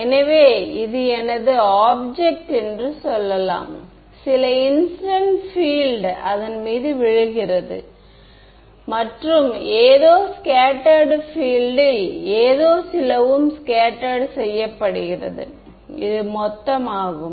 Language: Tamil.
எனவே இது எனது ஆப்ஜெக்ட் என்று சொல்லலாம் சில இன்சிடென்ட் பீஎல்ட் அதன் மீது விழுகிறது மற்றும் ஏதோ ஸ்கேட்டர்டு பீல்ட் ல் ஏதோ சிலவும் ஸ்கேட்டர்டு செய்யப்படுகிறது இது மொத்தம் ஆகும்